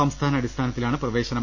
സംസ്ഥാനാടിസ്ഥാനത്തിലാണ് പ്രവേ ശനം